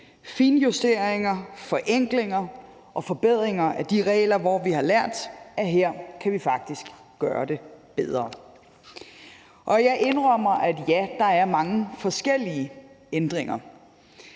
finjusteringer, forenklinger og forbedringer af de regler de steder, hvor vi har lært at vi faktisk kan gøre det bedre. Jeg indrømmer, at der er mange forskellige ændringer,